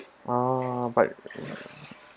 ah but